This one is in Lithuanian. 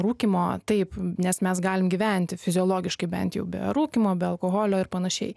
rūkymo taip nes mes galim gyventi fiziologiškai bent jau be rūkymo be alkoholio ir panašiai